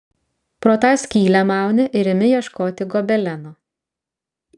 pro tą skylę mauni ir imi ieškoti gobeleno